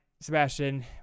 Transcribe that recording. Sebastian